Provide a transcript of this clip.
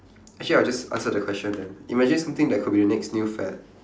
actually I'll just answer question then imagine something that could be the next new fad